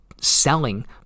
selling